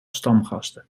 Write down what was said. stamgasten